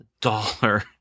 dollar